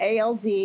ALD